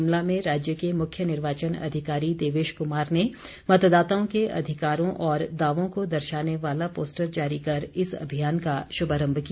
शिमला में राज्य के मुख्य निर्वाचन अधिकारी देवेश कुमार ने मतदाताओं के अधिकारों और दावों को दर्शाने वाला पोस्टर जारी कर इस अभियान का शुभारम्भ किया